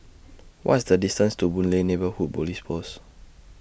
What's The distance to Boon Lay Neighbourhood Police Post